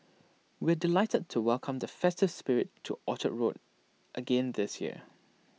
we're delighted to welcome the festive spirit to Orchard road again this year